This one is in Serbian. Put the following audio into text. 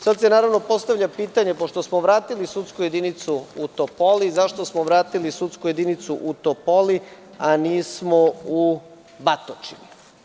Sada se naravno postavlja pitanje, pošto smo vratili sudsku jedinicu u Topolu, zašto smo vratili sudsku jedinicu u Topoli a nismo u Batočini?